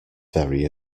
very